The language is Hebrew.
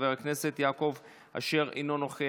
חבר הכנסת דסטה גדי יברקן, אינו נוכח,